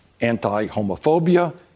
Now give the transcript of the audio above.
anti-homophobia